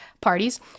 parties